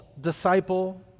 disciple